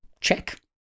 check